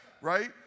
right